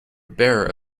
bare